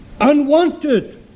unwanted